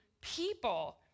people